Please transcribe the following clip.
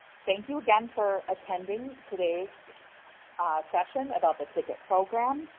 thank you again for attending today's session about the ticket program.